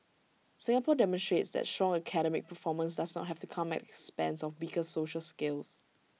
Singapore demonstrates that strong academic performance does not have to come at the expense of weaker social skills